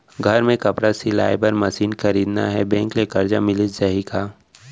घर मे कपड़ा सिलाई बार मशीन खरीदना हे बैंक ले करजा मिलिस जाही का?